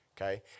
okay